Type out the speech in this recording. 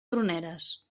troneres